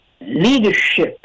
leadership